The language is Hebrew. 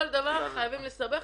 כל דבר חייבים לסבך.